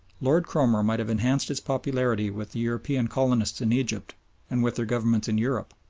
lord cromer might have enhanced his popularity with the european colonists in egypt and with their governments in europe,